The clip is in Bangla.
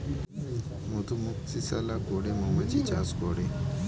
মধুমক্ষিশালা করে মৌমাছি চাষ করে